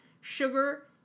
Sugar